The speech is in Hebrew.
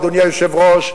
אדוני היושב-ראש,